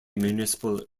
municipal